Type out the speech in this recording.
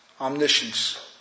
omniscience